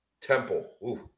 Temple